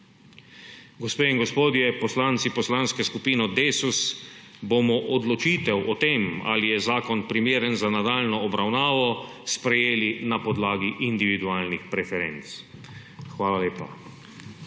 Gospe in gospodje, poslanci Poslanske skupine Desus bomo odločitev o tem, ali je zakon primeren za nadaljnjo obravnavo, sprejeli na podlagi individualnih preferenc. Hvala lepa.